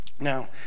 Now